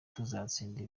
tuzatsinda